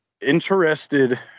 interested